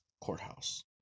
Courthouse